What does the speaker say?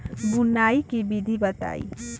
बुआई के विधि बताई?